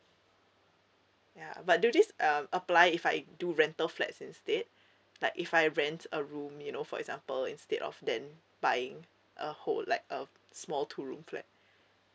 ya but do this uh apply if I do rental flats instead like if I rent a room you know for example instead of then buying a whole like a small two room flat